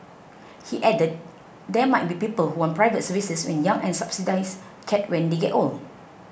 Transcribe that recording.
he added there might be people who want private services when young and subsidised care when they get old